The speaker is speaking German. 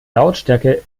lautstärke